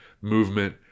movement